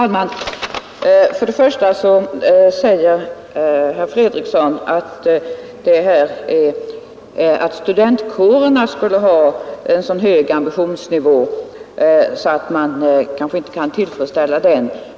Herr talman! Först och främst säger herr Fredriksson att studentkårerna skulle ha en så hög ambitionsnivå att man kanske inte kan tillfredsställa den.